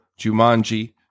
Jumanji